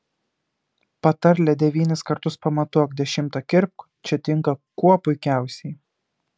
patarlė devynis kartus pamatuok dešimtą kirpk čia tinka kuo puikiausiai